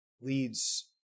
leads